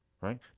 right